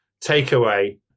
takeaway